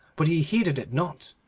but he heeded it not,